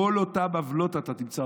כל אותן עוולות, אתה תמצא